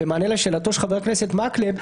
במענה לשאלתו של חבר הכנסת מקלב,